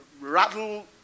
rattle